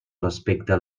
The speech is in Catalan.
respecta